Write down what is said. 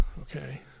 okay